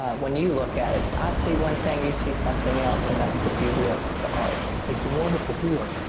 when you look at it, i see one thing. you see something else, and that's the beauty of the art. it's a wonderful feeling.